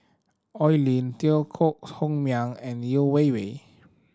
Oi Lin Teo Koh Home Miang and Yeo Wei Wei